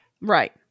Right